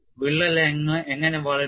വിള്ളൽ എങ്ങനെ വളരും